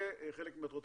זה חלק ממטרות הקרן.